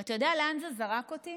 ואתה יודע לאן זה זרק אותי?